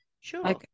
Sure